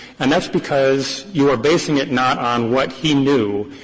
and that's because you are basing it not on what he knew,